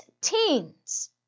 teens